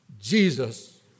Jesus